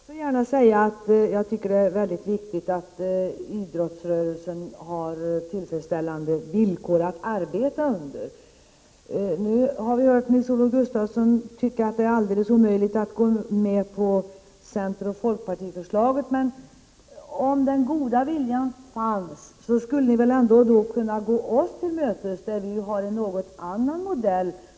Herr talman! Jag vill också säga att det är väldigt viktigt att idrottsrörelsen har tillfredsställande arbetsvillkor. Nu har vi hört Nils-Olof Gustafsson här. Han tycker att det är alldeles omöjligt att gå med på centerns och folkpartiets förslag. Men om den goda viljan finns, skulle ni kanske-kunna gå oss moderater till mötes. Vi förespråkar ju en något annorlunda modell.